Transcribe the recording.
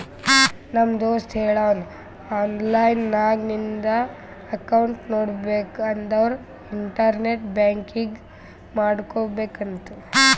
ನಮ್ ದೋಸ್ತ ಹೇಳುನ್ ಆನ್ಲೈನ್ ನಾಗ್ ನಿಂದ್ ಅಕೌಂಟ್ ನೋಡ್ಬೇಕ ಅಂದುರ್ ಇಂಟರ್ನೆಟ್ ಬ್ಯಾಂಕಿಂಗ್ ಮಾಡ್ಕೋಬೇಕ ಅಂತ್